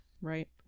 Right